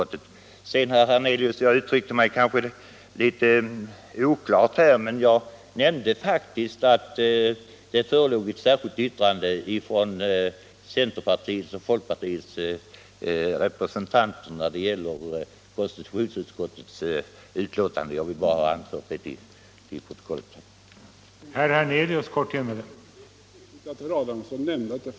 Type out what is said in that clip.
— Jag vill bara ha anfört detta till protokollet.